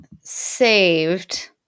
saved